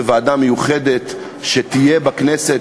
בוועדה מיוחדת שתהיה בכנסת,